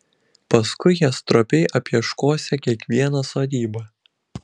paskui jie stropiai apieškosią kiekvieną sodybą